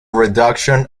reduction